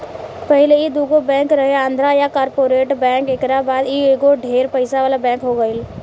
पहिले ई दुगो बैंक रहे आंध्रा आ कॉर्पोरेट बैंक एकरा बाद ई एगो ढेर पइसा वाला बैंक हो गईल